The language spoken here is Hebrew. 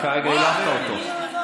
אתה כרגע העלבת אותו.